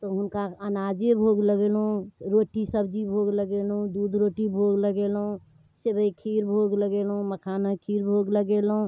तऽ हुनका अनाजे भोग लगेलहुँ रोटी सब्जी भोग लगेलहुँ दूध रोटी भोग लगेलहुँ सेवइ खीर भोग लगेलहुँ मखानके खीर भोग लगेलहुँ